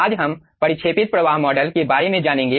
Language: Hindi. आज हम परिक्षेपित प्रवाह मॉडल के बारे में जानेंगे